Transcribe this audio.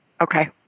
okay